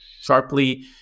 sharply